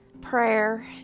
Prayer